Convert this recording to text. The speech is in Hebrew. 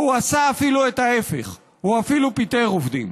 ועשה אפילו את ההפך, הוא אפילו פיטר עובדים.